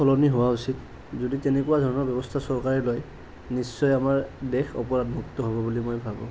সলনি হোৱা উচিত যদি তেনেকুৱা ধৰণৰ ব্যৱস্থা চৰকাৰে লয় নিশ্চয় আমাৰ দেশ অপৰাধমুক্ত হ'ব বুলি মই ভাৱোঁ